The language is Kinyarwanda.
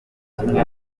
kimwe